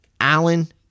Allen